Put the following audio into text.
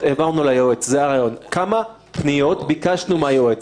שהעד המרכזי מחליט שהוא לא רוצה,